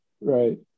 Right